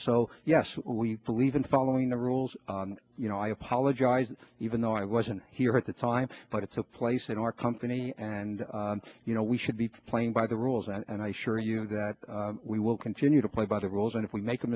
so yes we believe in following the rules you know i apologize even though i wasn't here at the time but it's a place in our company and you know we should be playing by the rules and i assure you that we will continue to play by the rules and if we make a